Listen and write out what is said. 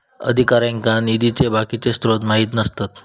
अधिकाऱ्यांका निधीचे बाकीचे स्त्रोत माहित नसतत